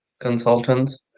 Consultants